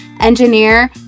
engineer